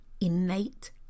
innate